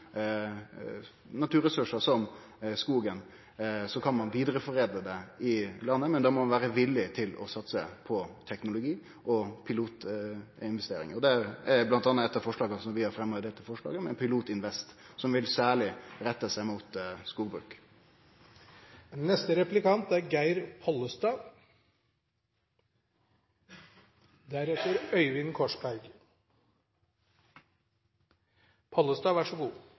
naturressursar som skogen, kan ein vidareforedle det i landet, men då må ein vere villig til å satse på teknologi og pilotinvestering. Blant anna vil eitt av forslaga som vi har fremja i dette budsjettet, om Pilotinvest, særleg rette seg mot skogbruk. En viktig del av det vi skal leve av i framtiden, tror jeg vi finner i skogen. Det er